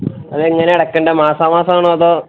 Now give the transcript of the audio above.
അതെങ്ങനെയാണ് അടക്കേണ്ടത് മാസാമാസം ആണോ അതോ